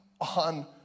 on